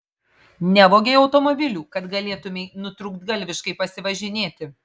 nevogei automobilių kad galėtumei nutrūktgalviškai pasivažinėti